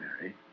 Mary